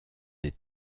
des